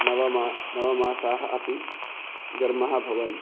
नवमा नवमासाः अपि घर्मः भवन्